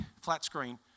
flat-screen